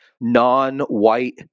non-white